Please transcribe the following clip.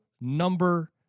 number